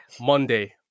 Monday